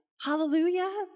hallelujah